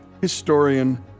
historian